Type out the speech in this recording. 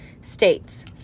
states